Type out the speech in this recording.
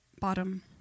bottom